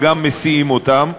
וגם מסיעים אותם,